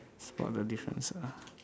spot the difference ah